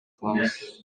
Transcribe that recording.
кылабыз